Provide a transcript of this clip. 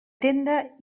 tenda